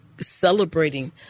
celebrating